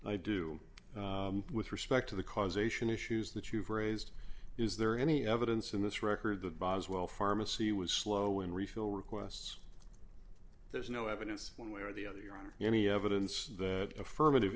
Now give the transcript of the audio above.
do with respect to the causation issues that you've raised is there any evidence in this record that boswell pharmacy was slow in refill requests there's no evidence one way or the other your honor any evidence that affirmative